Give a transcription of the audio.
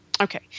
Okay